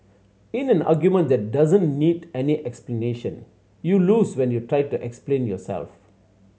in an argument that doesn't need any explanation you lose when you try to explain yourself